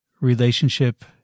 relationship